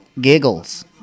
giggles